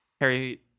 Harry